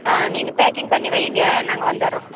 ஆ நீங்கள் பேக்கிங் பண்ணி வைங்க நாங்கள் வந்துடுறோம்